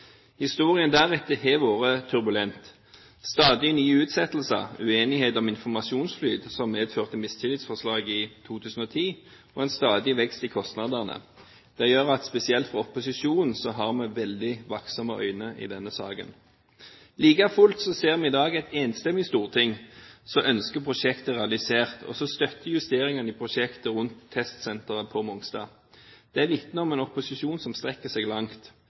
Historien deretter har vært turbulent – stadig nye utsettelser, uenighet om informasjonsflyt, som medførte mistillitsforslaget i 2010, og en stadig vekst i kostnadene. Det gjør at spesielt i opposisjonen har vi veldig vaktsomme øyne i denne saken. Like fullt ser vi i dag et enstemmig storting som ønsker prosjektet realisert og som støtter justeringene i prosjektet rundt testsenteret på Mongstad. Det vitner om en opposisjon som strekker seg langt,